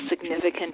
significant